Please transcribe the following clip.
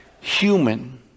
human